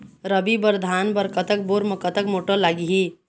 रबी बर धान बर कतक बोर म कतक मोटर लागिही?